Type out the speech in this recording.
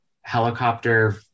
helicopter